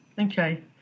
Okay